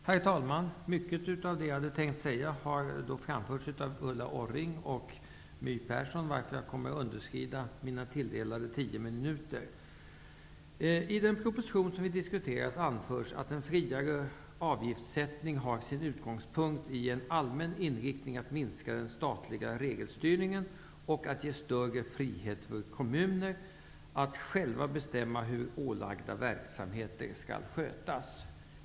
Herr talman! Mycket av det jag hade tänkt att säga har redan framförts av Ulla Orring och My Persson, varför jag kommer att underskrida mina tilldelade I den proposition vi diskuterar anförs att en friare avgiftssättning har sin utgångspunkt i en inriktning att minska den statliga regelstyrningen och att ge större frihet för kommuner att själva bestämma hur ålagda verksamheter skall skötas.